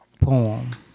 Poem